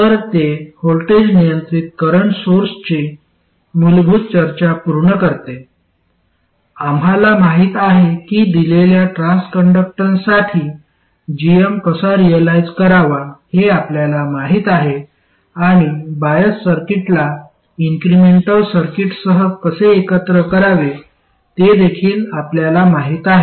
तर ते व्होल्टेज नियंत्रित करंट सोर्सची मूलभूत चर्चा पूर्ण करते आम्हाला माहित आहे की दिलेल्या ट्रान्सकंडक्टन्ससाठी gm कसा रिअलाईझ करावा हे आपल्याला माहिती आहे आणि बायस सर्किटला इन्क्रिमेंटल सर्किटसह कसे एकत्र करावे ते देखील आपल्याला माहित आहे